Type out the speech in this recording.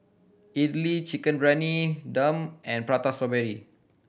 idly Chicken Briyani Dum and Prata Strawberry